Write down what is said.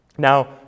Now